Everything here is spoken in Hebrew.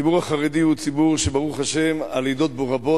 הציבור החרדי הוא ציבור שברוך השם הלידות בו רבות,